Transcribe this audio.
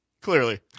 Clearly